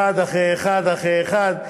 אחד אחרי אחד אחרי אחד.